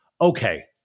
Okay